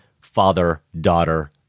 father-daughter